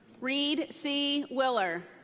reed c. willar.